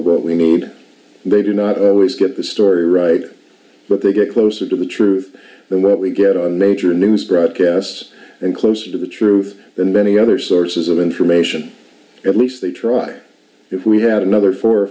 of what we know and they do not get the story right but they get closer to the truth than what we get on major news broadcasts and closer to the truth than many other sources of information at least they tried if we had another four or